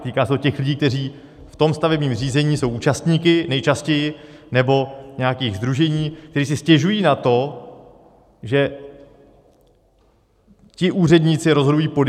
Týká se to těch lidí, kteří v tom stavebním řízení jsou účastníky, nejčastěji, nebo nějakých sdružení, kteří si stěžují na to, že ti úředníci rozhodují podjatě.